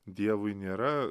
dievui nėra